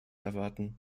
erwarten